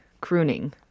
Crooning